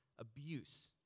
abuse